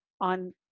on